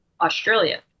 Australia